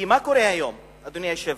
כי מה קורה היום, אדוני היושב-ראש?